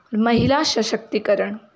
महिला सशक्तिकरण